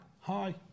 hi